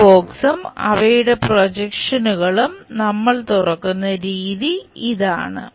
ഈ ബോക്സും അവയുടെ പ്രൊജക്ഷനുകളും നമ്മൾ തുറക്കുന്ന രീതി ഇതാണ്